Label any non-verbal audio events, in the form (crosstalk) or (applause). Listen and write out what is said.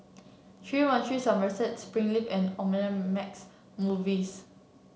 three one three Somerset Springleaf and (unintelligible) Movies